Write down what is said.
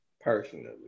personally